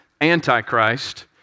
Antichrist